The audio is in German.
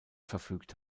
verfügt